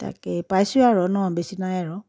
তাকেই পাইছোঁ আৰু ন বেছি নাই আৰু